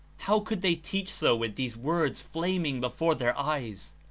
how could they teach so with these words flaming before their eyes?